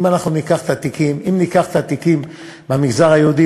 אם ניקח את התיקים במגזר היהודי,